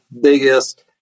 biggest